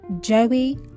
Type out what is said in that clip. joey